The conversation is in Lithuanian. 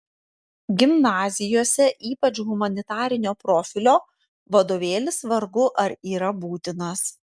gimnazijose ypač humanitarinio profilio vadovėlis vargu ar yra būtinas